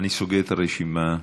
אני סוגר את הרשימה.